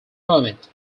hermit